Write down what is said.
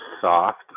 soft